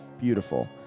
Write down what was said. beautiful